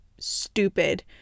stupid